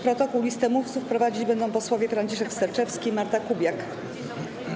Protokół i listę mówców prowadzić będą posłowie Franciszek Sterczewski i Marta Kubiak.